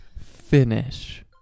Finish